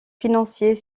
financier